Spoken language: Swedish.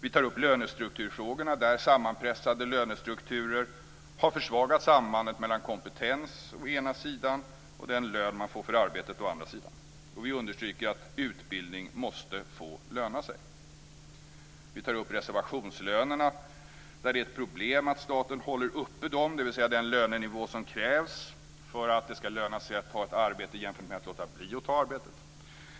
Vi tar upp lönestrukturfrågorna där sammanpressade lönestrukturer har försvagat sambandet mellan kompetens å ena sidan och den lön man får för arbetet å andra sidan. Vi understryker att utbildning måste få löna sig. Vi tar upp reservationslönerna. Det är ett problem att staten håller uppe dem, dvs. den lönenivå som krävs för att det ska löna sig att ta ett arbete jämfört med att låta bli att ta arbetet.